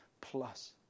plus